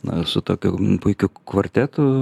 na su tokiu puikiu kvartetu